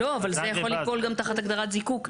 לא, אבל זה יכול ליפול גם תחת הגדרת זיקוק.